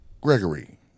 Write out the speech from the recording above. Gregory